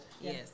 Yes